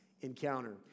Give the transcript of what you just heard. encounter